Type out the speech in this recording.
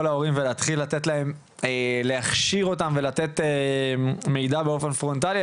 ההורים ולהתחיל להכשיר אותם ולתת מידע באופן פרונטלי.